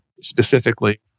specifically